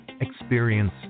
experience